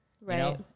Right